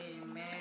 Amen